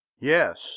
yes